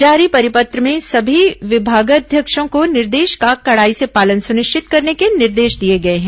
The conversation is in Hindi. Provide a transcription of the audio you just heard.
जारी परिपत्र में सभी विभागाध्यक्षों को निर्देश का कड़ाई से पालन सुनिश्चित करने के निर्देश दिए गए हैं